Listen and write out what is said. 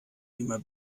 immer